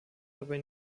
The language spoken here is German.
dabei